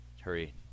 hurry